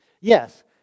Yes